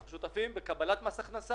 אנחנו שותפים בקבלת מס הכנסה,